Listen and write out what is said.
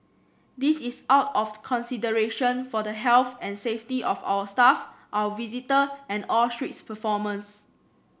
this is out of consideration for the health and safety of our staff our visitor and all street performers